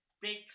big